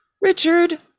Richard